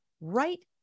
right